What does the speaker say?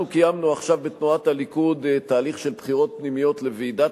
אנחנו קיימנו עכשיו בתנועת הליכוד תהליך של בחירות פנימיות לוועידת